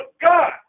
God